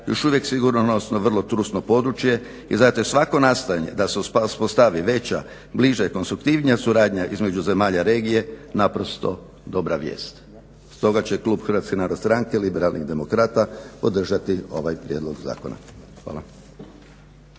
još uvijek sigurnosno vrlo trusno područje i zato je svako nastajanje da se uspostavi veća, bliža i konstruktivnija suradnja između zemalja regije naprosto dobra vijest. Stoga će klub HNS-a Liberalnih demokrata podržati ovaj prijedlog zakona.